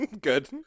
Good